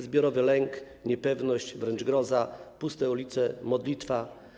Zbiorowy lęk, niepewność, wręcz groza, puste ulice, modlitwa.